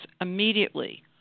immediately